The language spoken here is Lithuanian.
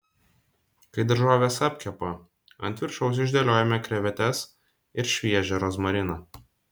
kai daržovės apkepa ant viršaus išdėliojame krevetes ir šviežią rozmariną